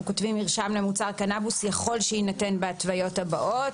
כותבים "מרשם למוצר קנבוס יכול שיינתן בהתוויות הבאות".